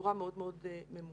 בצורה מאוד מאוד ממוקדת.